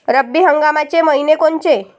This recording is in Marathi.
रब्बी हंगामाचे मइने कोनचे?